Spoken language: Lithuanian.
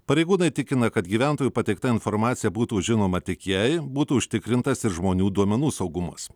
pareigūnai tikina kad gyventojų pateikta informacija būtų žinoma tik jei būtų užtikrintas ir žmonių duomenų saugumas